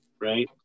right